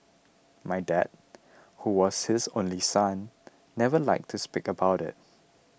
my dad who was his only son never liked to speak about it